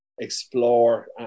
explore